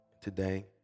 today